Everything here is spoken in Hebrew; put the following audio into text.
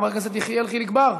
חבר הכנסת יחיאל חיליק בר,